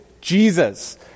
Jesus